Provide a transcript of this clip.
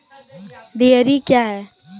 Dairy क्या हैं?